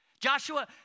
Joshua